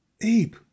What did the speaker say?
abe